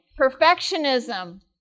perfectionism